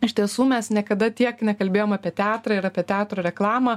iš tiesų mes niekada tiek nekalbėjom apie teatrą ir apie teatro reklamą